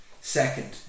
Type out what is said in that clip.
second